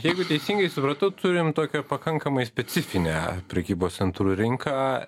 jeigu teisingai supratau turim tokią pakankamai specifinę prekybos centrų rinką